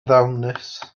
ddawnus